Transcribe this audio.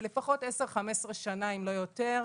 ולפחות 15-10 שנה אם לא יותר,